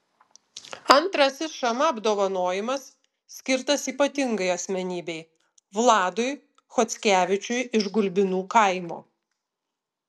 antrasis šama apdovanojimas skirtas ypatingai asmenybei vladui chockevičiui iš gulbinų kaimo